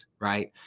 right